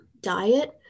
diet